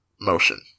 motion